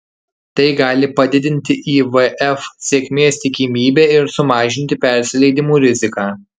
tai gali padidinti ivf sėkmės tikimybę ir sumažinti persileidimų riziką